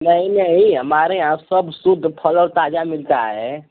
नहीं नहीं हमारे यहाँ सभी शुद्ध फल और ताज़ा मिलता है